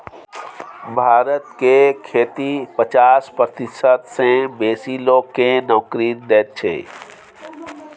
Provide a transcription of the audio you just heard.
भारत के खेती पचास प्रतिशत सँ बेसी लोक केँ नोकरी दैत छै